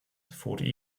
fort